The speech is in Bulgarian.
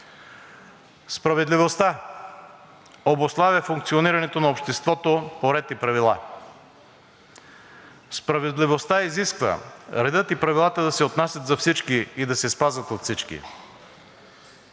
Справедливостта обуславя функционирането на обществото по ред и правила. Справедливостта изисква редът и правилата да се отнасят за всички и да се спазват от всички.